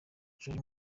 jolie